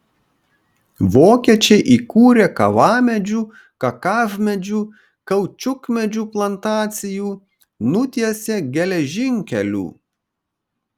vokiečiai įkūrė kavamedžių kakavmedžių kaučiukmedžių plantacijų nutiesė geležinkelių